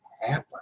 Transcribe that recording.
happen